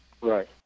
Right